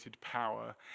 power